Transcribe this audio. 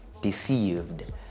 deceived